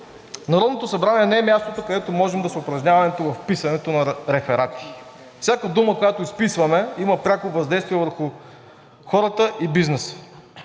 Народното събрание не е мястото, където можем да се упражняваме в писането на реферати. Всяка дума, която изписваме, има пряко въздействие върху хората и бизнеса.